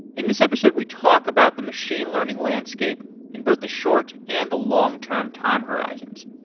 in this episode, we talk about the machine learning landscape in both the short and the long term time horizons.